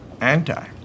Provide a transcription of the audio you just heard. anti